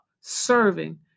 serving